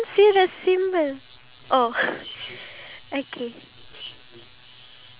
ya and then after that we minus off all the negativity from our life